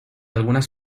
algunas